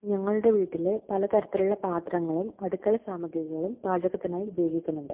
ഞങ്ങളുടെ വീട്ടിൽ പലതരത്തിലുള്ള പാത്രങ്ങളും അടുക്കള സാമഗ്രികളും പാചകത്തിനായി ഉപയോഗിക്കുന്നുണ്ട്